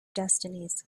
destinies